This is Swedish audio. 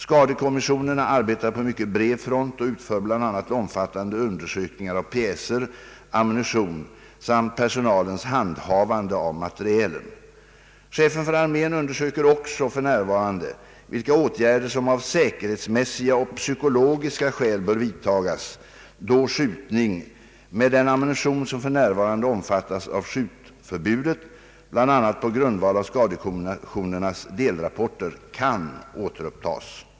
Skadekommissionerna arbetar på mycket bred front och utför bl.a. omfattande undersökningar av pjäser, ammunition samt personalens handhavande av materielen. Chefen för armén undersöker också för närvarande vilka åtgärder som av säkerhetsmässiga och psykologiska skäl bör vidtagas då skjutning med den ammunition som f. n. omfattas av skjutförbudet bl.a. på grundval av skadekommissionernas delrapporter kan återupptas.